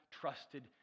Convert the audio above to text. trusted